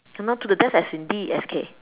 I know to the death as in D E S K